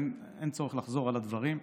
אין צורך לחזור על הדברים.